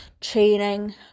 training